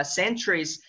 centuries